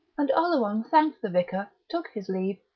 and oleron thanked the vicar, took his leave,